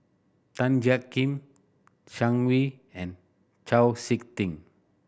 Tan Jiak Kim Zhang Hui and Chau Sik Ting